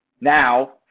Now